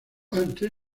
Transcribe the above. ante